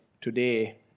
today